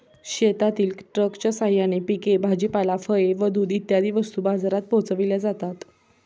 शेतातील ट्रकच्या साहाय्याने पिके, भाजीपाला, फळे व दूध इत्यादी वस्तू बाजारात पोहोचविल्या जातात